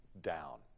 down